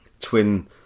twin